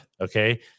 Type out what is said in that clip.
Okay